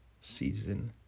Season